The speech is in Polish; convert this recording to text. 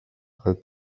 ale